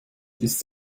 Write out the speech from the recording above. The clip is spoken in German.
ist